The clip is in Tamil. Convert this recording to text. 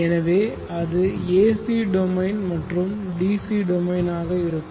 எனவே அது AC டொமைன் மற்றும் இது DC டொமைனாக இருக்கும்